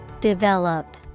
Develop